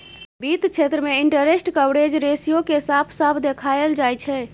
वित्त क्षेत्र मे इंटरेस्ट कवरेज रेशियो केँ साफ साफ देखाएल जाइ छै